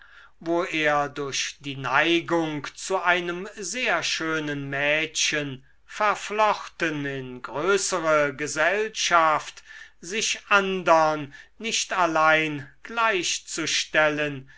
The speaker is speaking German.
wo er durch die neigung zu einem sehr schönen mädchen verflochten in größere gesellschaft sich andern nicht allein gleichzustellen